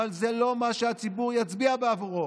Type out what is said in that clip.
אבל זה לא מה שהציבור יצביע בעבורו.